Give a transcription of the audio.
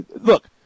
Look